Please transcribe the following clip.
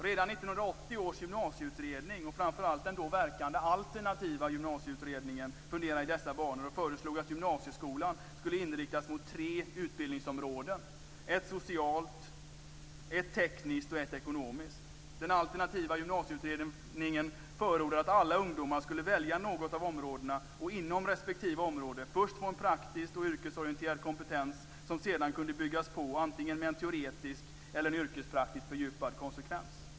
Redan i 1980 års gymnasieutredning, och framför allt i den då verkande alternativa gymnasieutredningen, funderade man i dessa banor och föreslog att gymnasieskolan skulle inriktas mot tre utbildningsområden: ett socialt, ett tekniskt och ett ekonomiskt. Den alternativa gymnasieutredningen förordade att alla ungdomar skulle välja något av områdena och inom respektive område först få en praktisk yrkesorienterad kompetens som sedan kunde byggas på antingen med en teoretisk eller en yrkespraktiskt fördjupad kompetens.